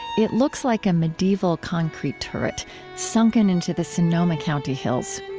it looks like a medieval concrete turret sunken into the sonoma county hills.